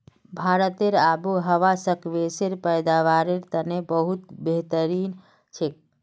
भारतेर आबोहवा स्क्वैशेर पैदावारेर तने बहुत बेहतरीन छेक